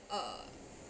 uh